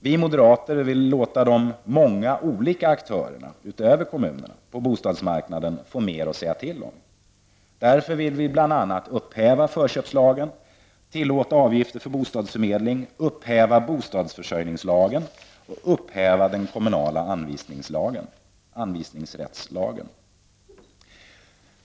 Vi moderater vill låta de många olika aktörerna, utöver kommunerna, på bostadsmarknaden få mer att säga till om. Därför vill vi bland annat upphäva förköpslagen, tillåta avgifter för bostadsförmedling, upphäva bostadsförsörjningslagen och upphäva den kommunala anvisningsrättslagen.